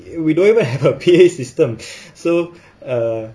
we don't even have a P_A system so err